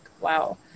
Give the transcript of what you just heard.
wow